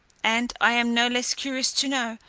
and i am no less curious to know,